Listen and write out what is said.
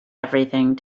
everything